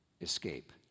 escape